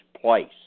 place